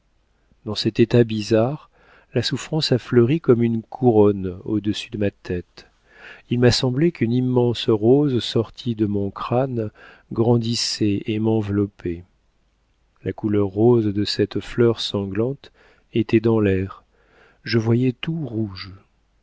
dans cet état bizarre la souffrance a fleuri comme une couronne au-dessus de ma tête il m'a semblé qu'une immense rose sortie de mon crâne grandissait et m'enveloppait la couleur rose de cette fleur sanglante était dans l'air je voyais tout rouge